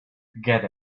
forget